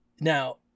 Now